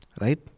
right